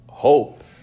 hope